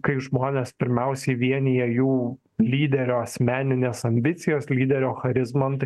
kai žmones pirmiausiai vienija jų lyderio asmeninės ambicijos lyderio charizma nu tai